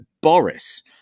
Boris